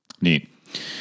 Neat